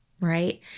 right